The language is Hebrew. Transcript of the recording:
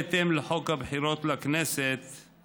בהתאם לחוק הבחירות לכנסת ,